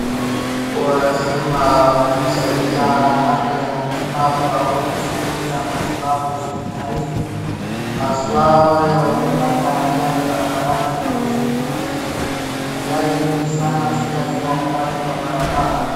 Wazima wanatusaidia upande ya matibabu au kutulipia matibabu hospitalini aswa wale wamepata ajali barabarani na zinginezo. Ajali nyingi sana si lazima upate kwa barabara.